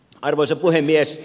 arvoisa puhemies